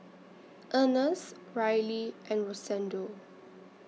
Ernest Rylie and Rosendo